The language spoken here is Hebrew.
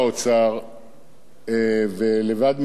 ולבד מססמאות לא אמר שום דבר.